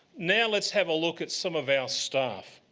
now let's have a look at some of our staff.